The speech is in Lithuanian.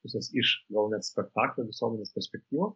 pusės iš gal net spektaklio visuomenės perspektyvų